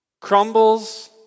crumbles